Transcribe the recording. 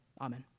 Amen